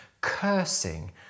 cursing